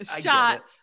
shot